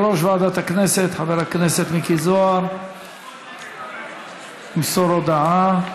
יושב-ראש ועדת הכנסת חבר הכנסת מיקי זוהר ימסור הודעה.